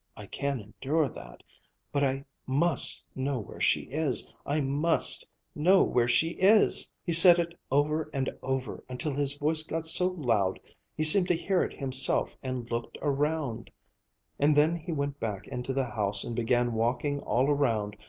i can endure that but i must know where she is. i must know where she is he said it over and over, until his voice got so loud he seemed to hear it himself and looked around and then he went back into the house and began walking all around,